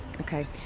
okay